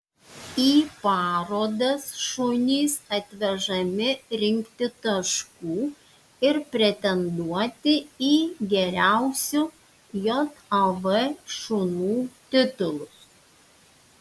į parodas šunys atvežami rinkti taškų ir pretenduoti į geriausių jav šunų titulus